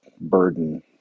burden